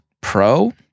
Pro